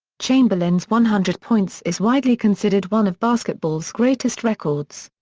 chamberlain's one hundred points is widely considered one of basketball's greatest records.